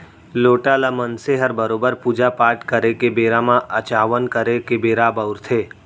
लोटा ल मनसे हर बरोबर पूजा पाट करे के बेरा म अचावन करे के बेरा बउरथे